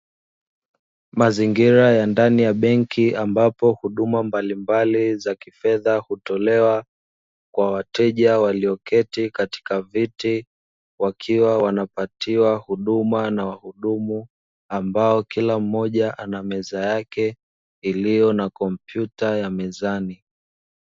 Mazingira ya ndani ya benki ambapo huduma mbalimbali za kifedha hutolewa, kwa wateja walioketi katika viti wakiwa wanapatiwa huduma na wahudumu ambao kila mmoja ana meza yake iliyo na kompyuta ya mezani.